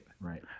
right